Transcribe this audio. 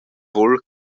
vul